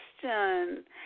question